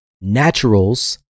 naturals